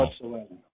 whatsoever